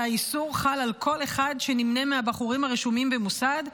האיסור חל על כל אחד שנמנה עם הבחורים הרשומים במוסד.